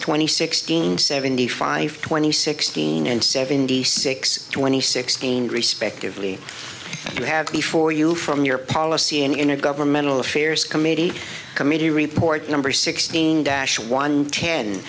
twenty sixteen seventy five twenty sixteen and seventy six twenty six named respectively and you have before you from your policy in a governmental affairs committee committee report number sixteen dash one ten